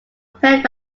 penned